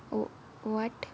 can't okay